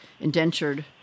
indentured